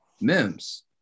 Mims